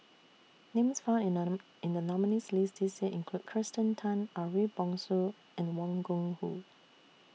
Names found in in The nominees' list This Year include Kirsten Tan Ariff Bongso and Wang Gungwu